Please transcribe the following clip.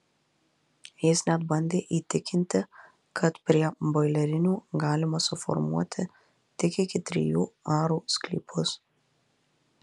jis net bandė įtikinti kad prie boilerinių galima suformuoti tik iki trijų arų sklypus